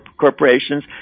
corporations